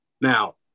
Now